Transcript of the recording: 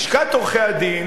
לשכת עורכי-הדין,